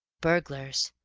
burglars!